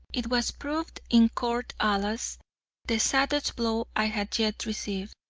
it was proved in court-alas, the saddest blow i had yet received,